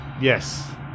yes